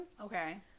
Okay